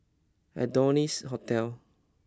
Adonis Hotel